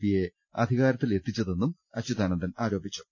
പിയെ അധികാര ത്തിലെത്തിച്ചതെന്നും അച്യുതാനന്ദൻ ആരോപിച്ചു